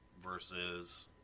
versus